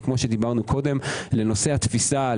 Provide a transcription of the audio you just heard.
וכפי שדיברנו קודם לנושא התפיסה,